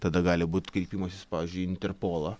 tada gali būti kreipimasis pavyzdžiui į interpolą